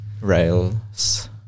rails